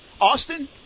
Austin